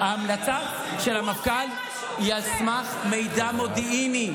ההמלצה של המפכ"ל היא על סמך מידע מודיעיני.